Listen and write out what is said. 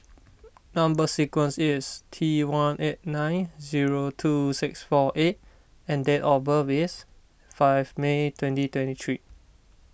Number Sequence is T one eight nine zero two six four A and date of birth is five May twenty twenty three